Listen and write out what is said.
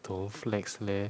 don't flex leh